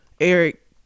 Eric